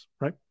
right